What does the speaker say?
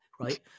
right